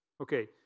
Okay